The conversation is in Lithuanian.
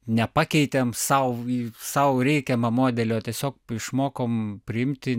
nepakeitėm sau į sau reikiamą modelio tiesiog išmokom priimti